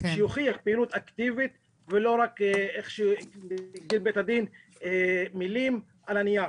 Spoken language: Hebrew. שיוכיח פעילות אקטיבית ולא רק כפי שהגדיר בית הדין - מילים על הנייר.